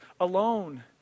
alone